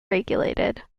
regulated